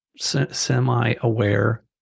semi-aware